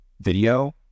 video